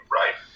right